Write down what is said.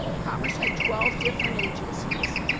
commerce had twelve different agencies,